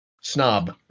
Snob